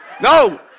No